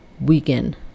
weekend